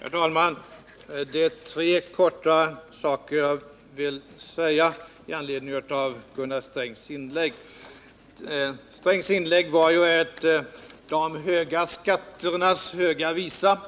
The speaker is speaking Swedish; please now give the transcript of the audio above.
Herr talman! Med anledning av Gunnar Strängs inlägg vill jag i korthet framhålla tre saker. Gunnar Strängs inlägg var ju en de höga skatternas Höga visa.